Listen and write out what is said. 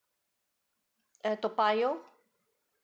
at toa payoh